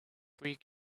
week